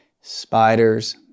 spiders